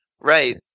Right